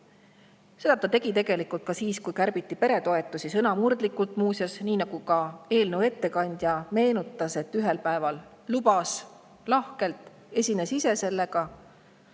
Seda ta tegi tegelikult ka siis, kui kärbiti peretoetusi. Sõnamurdlikult, muuseas, nii nagu eelnõu ettekandja meenutas, et ühel päeval lubas lahkelt, esines ise selle